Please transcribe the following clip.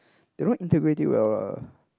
they don't integrate it well lah